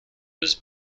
was